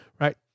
right